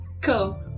Cool